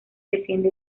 desciende